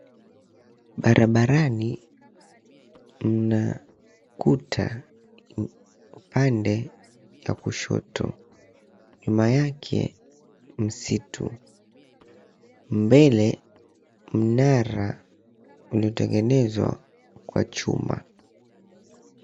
Barabarani mnakuta upande ya kushoto nyuma yake msitu. Mbele mnara ulitengenezwa kwa chuma.